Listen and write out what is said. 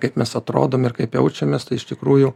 kaip mes atrodome kaip jaučiamės tai iš tikrųjų